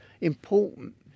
important